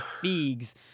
figs